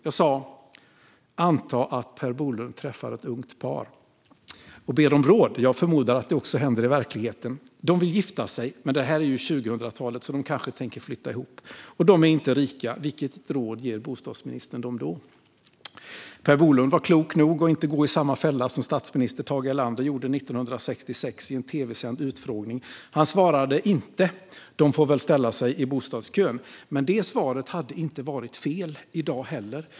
Jag sa: "Anta att Per Bolund träffar ett ungt par som ber om råd. Jag förmodar att det också händer i verkligheten. De vill gifta sig, men det här är 2000-talet, så det är kanske flytta ihop de tänker göra. De är inte rika. Vilket råd ger bostadsministern dem då?" Per Bolund var klok nog att inte gå i samma fälla som statsminister Tage Erlander gjorde 1966 i en tv-sänd utfrågning. Han svarade inte: "De får väl ställa sig i bostadskön." Men det svaret hade inte varit fel i dag heller.